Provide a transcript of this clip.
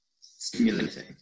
stimulating